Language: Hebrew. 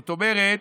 זאת אומרת,